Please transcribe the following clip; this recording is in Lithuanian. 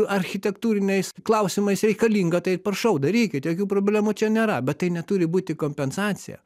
architektūriniais klausimais reikalinga tai prašau darykit jokių problemų čia nėra bet tai neturi būti kompensacija